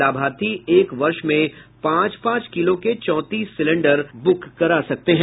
लाभार्थी एक वर्ष में पांच पांच किलो के चौंतीस सिलेंडर बुक करा सकते हैं